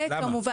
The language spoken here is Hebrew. למה?